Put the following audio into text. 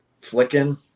flicking